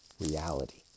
reality